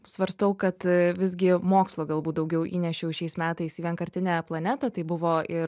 svarstau kad a visgi mokslo galbūt daugiau įnešiau šiais metais vienkartinę planetą tai buvo ir